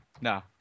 no